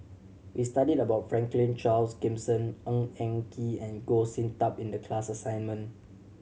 we studied about Franklin Charles Gimson Ng Eng Kee and Goh Sin Tub in the class assignment